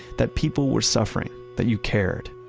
that people were suffering, that you cared.